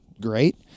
great